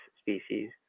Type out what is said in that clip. species